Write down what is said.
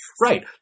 right